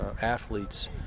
athletes